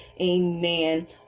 Amen